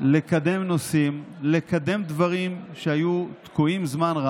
כאילו היא תבוא אליכם,